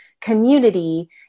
community